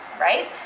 right